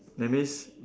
that means